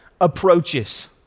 approaches